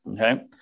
okay